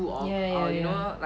ya ya ya ya ya